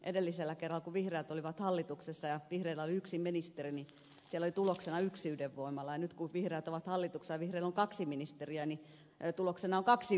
edellisellä kerralla kun vihreät olivat hallituksessa ja vihreillä oli yksi ministeri oli tuloksena yksi ydinvoimala ja nyt kun vihreät ovat hallituksessa ja vihreillä on kaksi ministeriä tuloksena on kaksi ydinvoimalaa